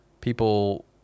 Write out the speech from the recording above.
people